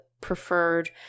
preferred